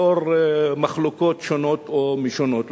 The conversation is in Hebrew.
לנוכח מחלוקות שונות ומשונות,